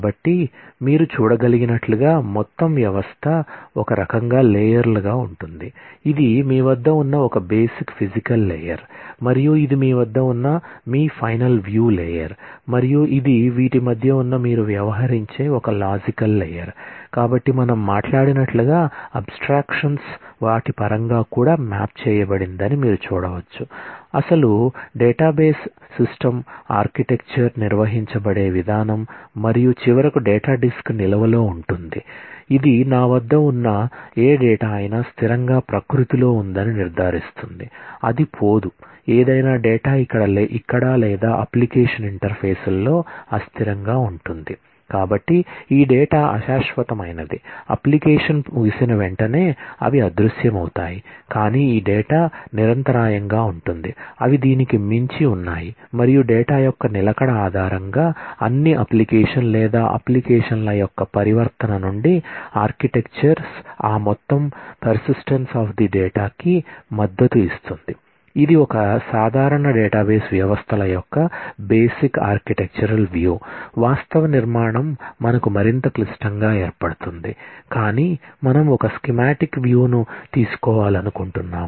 కాబట్టి మీరు చూడగలిగినట్లుగా మొత్తం వ్యవస్థ ఒక రకంగా లేయర్ ను తీసుకోవాలనుకుంటున్నాము